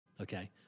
okay